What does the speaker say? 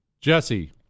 Jesse